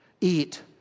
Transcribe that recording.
eat